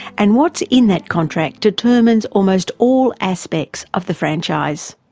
and what's in that contract determines almost all aspects of the franchise.